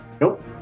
Nope